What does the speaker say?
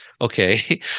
okay